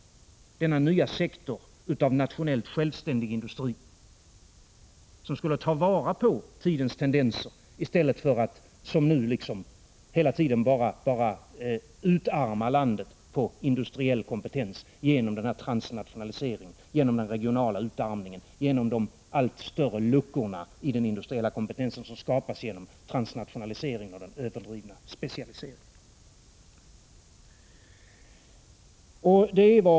Denna nya sektor av nationellt självständig industri skulle som sagt ta vara på tidens tendenser i stället för att som nu hela tiden utarma landet på industriell kompetens genom transnationaliseringen, den regionala utarmningen och de allt större luckor i den industriella kompetensen som skapas genom transnationaliseringen och den överdrivna specialiseringen.